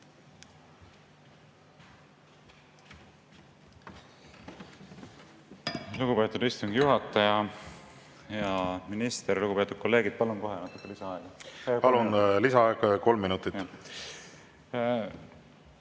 Lugupeetud istungi juhataja! Hea minister! Lugupeetud kolleegid! Palun kohe natuke lisaaega. Palun, lisaaeg kolm minutit!